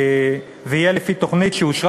ויהיה לפי תוכנית שאושרה",